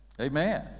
Amen